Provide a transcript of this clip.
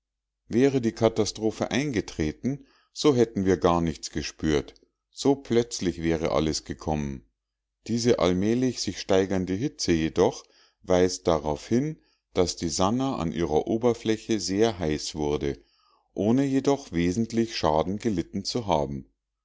wäre die katastrophe eingetreten so hätten wir gar nichts gespürt so plötzlich wäre alles gekommen diese allmählich sich steigernde hitze jedoch weist darauf hin daß die sannah an ihrer oberfläche sehr heiß wurde ohne jedoch wesentlich schaden gelitten zu haben